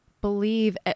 believe